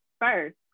first